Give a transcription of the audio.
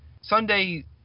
Sunday